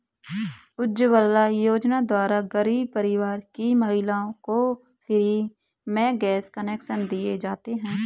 उज्जवला योजना द्वारा गरीब परिवार की महिलाओं को फ्री में गैस कनेक्शन दिए जाते है